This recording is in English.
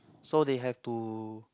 so they have to